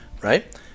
Right